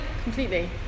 Completely